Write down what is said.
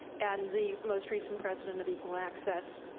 and the most recent president of equal access.